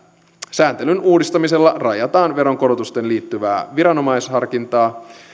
sääntelyn uudistamisella rajataan veronkorotukseen liittyvää viranomaisharkintaa